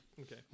Okay